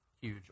huge